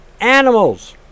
animals